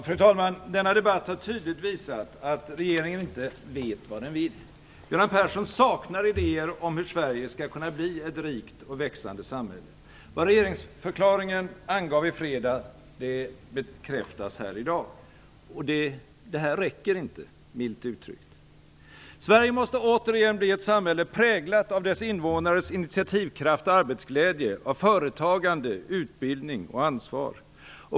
Fru talman! Denna debatt har tydligt visat att regeringen inte vet vad den vill. Göran Persson saknar idéer om hur Sverige skall kunna bli ett rikt och växande samhälle. Vad regeringsförklaringen i fredags visade bekräftas här i dag. Det här räcker inte, milt uttryckt. Sverige måste återigen bli ett samhälle präglat av sina invånares initiativkraft och arbetsglädje, av företagande, utbildning och ansvar.